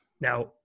Now